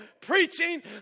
preaching